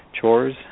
chores